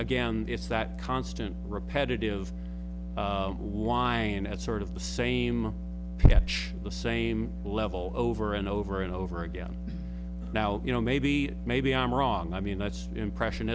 again it's that constant repetitive whine at sort of the same pitch the same level over and over and over again now you know maybe maybe i'm wrong i mean that's impression